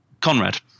conrad